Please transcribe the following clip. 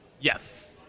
Yes